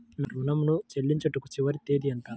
నా ఋణం ను చెల్లించుటకు చివరి తేదీ ఎంత?